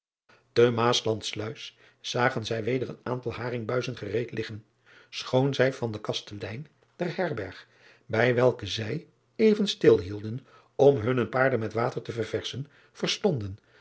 e aaslandsluis zagen zij weder een aantal haringbuizen gereed liggen schoon zij van den kastelein der herberg bij welke zij even stilhielden om driaan oosjes zn et leven van aurits ijnslager hunne paarden met water te ververschen verstonden